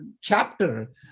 chapter